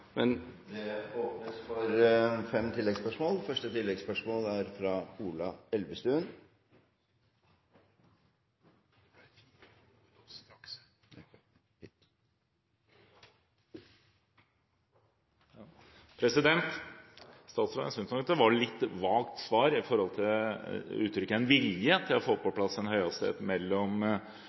Det åpnes for fem oppfølgingsspørsmål – først Ola Elvestuen. Jeg synes nok det var et litt vagt svar når det gjelder uttrykket «en vilje» til å få på plass en høyhastighetsbane mellom